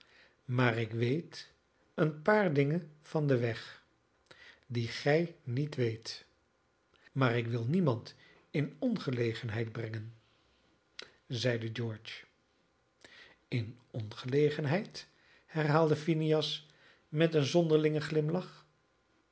maar ik weet een paar dingen van den weg die gij niet weet maar ik wil niemand in ongelegenheid brengen zeide george in ongelegenheid herhaalde phineas met een zonderlingen glimlach